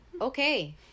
Okay